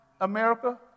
America